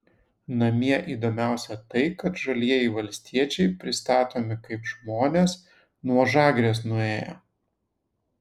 namie įdomiausia tai kad žalieji valstiečiai pristatomi kaip žmonės nuo žagrės nuėję